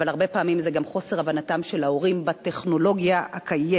אבל הרבה פעמים זה גם חוסר הבנתם של ההורים בטכנולוגיה הקיימת.